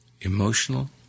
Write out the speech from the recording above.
emotional